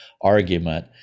argument